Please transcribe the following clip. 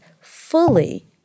fully